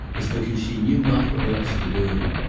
as because she knew not what else to do.